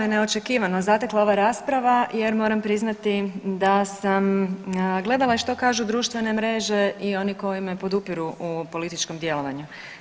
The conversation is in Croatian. neočekivano zatekla ova rasprava jer moram priznati da sam gledala i što kažu društvene mreže i oni koji me podupiru u političkom djelovanju.